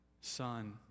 Son